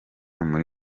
muri